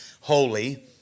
holy